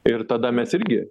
ir tada mes irgi